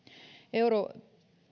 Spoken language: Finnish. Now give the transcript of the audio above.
euro